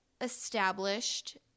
established